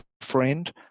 friend